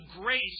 grace